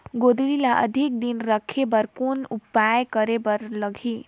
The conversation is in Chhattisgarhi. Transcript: गोंदली ल अधिक दिन राखे बर कौन उपाय करे बर लगही?